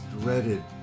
dreaded